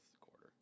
quarter